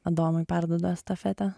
adomui perduodu estafetę